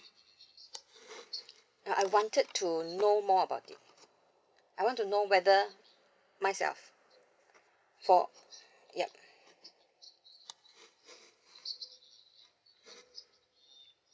uh I wanted to know more about it I want to know whether myself so yup